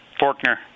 Forkner